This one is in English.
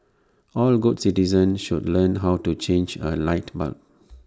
all good citizens should learn how to change A light bulb